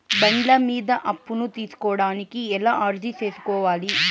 బండ్ల మీద అప్పును తీసుకోడానికి ఎలా అర్జీ సేసుకోవాలి?